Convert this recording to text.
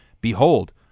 Behold